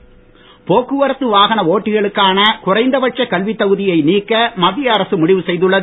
ஓட்டுனர் உரிமம் போக்குவரத்து வாகன ஓட்டிகளுக்கான குறைந்த பட்ச கல்வித் தகுதியை நீக்க மத்திய அரசு முடிவு செய்துள்ளது